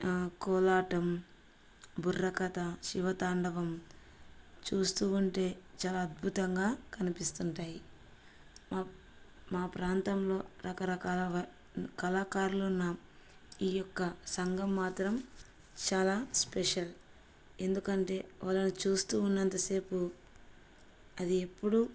కోలాటం బుర్రకథ శివతాండవం చూస్తూ ఉంటే చాలా అద్భుతంగా కనిపిస్తుంటాయి మా మా ప్రాంతంలో రకరకాల కళాకారులు ఉన్న ఈ యొక్క సంఘం మాత్రం చాలా స్పెషల్ ఎందుకంటే వాళ్ళని చూస్తూ ఉన్నంతసేపు అది ఎప్పుడూ